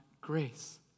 grace